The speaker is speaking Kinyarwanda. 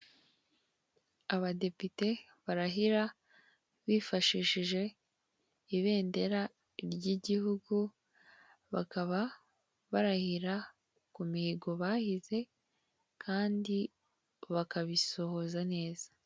Abadepite barahira bifashishije ibendera ry'igihugu bakaba barahira ku mihigo bahize kandi bakabisohoza neza.